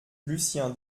lucien